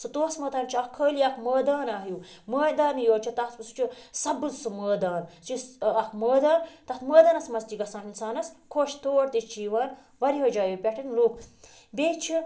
سُہ توسہٕ مٲدان چھِ اَکھ خٲلی اَکھ مٲدانہ ہیوٗ مٲدانٕے یوت چھِ تَتھ سُہ چھُ سَبٕز سُہ مٲدان سُہ چھِ اَکھ مٲدان تَتھ مٲدانَس منٛز تہِ چھِ گژھان اِنسانَس خۄش تور تہِ چھِ یِوان واریاہو جایو پٮ۪ٹھٕ لُکھ بیٚیہِ چھِ